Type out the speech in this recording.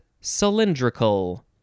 cylindrical